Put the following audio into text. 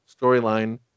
storyline